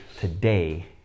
today